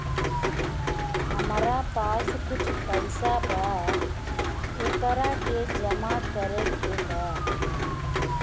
हमरा पास कुछ पईसा बा वोकरा के जमा करे के बा?